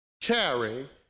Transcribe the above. carry